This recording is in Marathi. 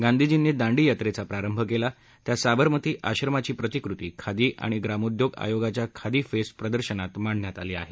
गांधीजींनी दांडी यात्रेचा प्रारंभ केला त्या साबरमती आश्रमाची प्रतिकृती खादी आणि ग्रामोद्योग आयोगाच्या खादी फेस्ट प्रदर्शनात मांडण्यात आली आहे